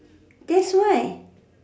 that's why